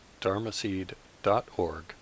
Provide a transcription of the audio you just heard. dharmaseed.org